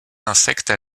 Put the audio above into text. insectes